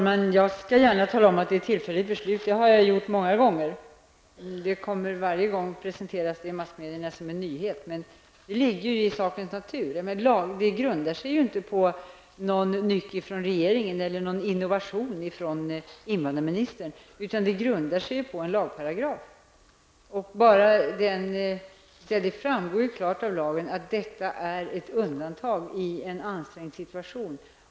Herr talman! Jag skall gärna tala om att det är ett tillfälligt beslut. Det har jag gjort många gånger. Och varje gång presenterats det i massmedierna som en nyhet. Men det ligger i sakens natur. Det grundar sig ju inte på någon nyck från regeringen eller någon innovation från invandrarministern, utan det grundar sig ju på en lagparagraf. Och det framgår klart av lagen att detta är ett undantag i en ansträngd situation.